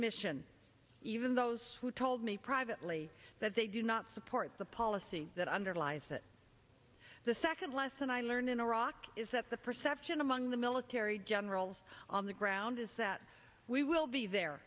mission even those who told me privately that they do not support the policy that underlies that the second lesson i learned in iraq is that the perception among the military generals on the ground is that we will be there